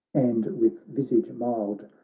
and with visage mild.